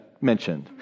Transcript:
mentioned